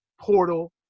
portal